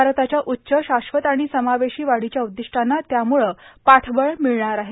भारताच्या उच्च शाश्वत आणि समावेशी वाढीच्या उद्दिष्टांना त्यामुळं पाठबळ मिळणार आहे